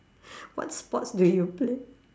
what sports do you play